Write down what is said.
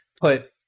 put